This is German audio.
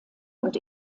und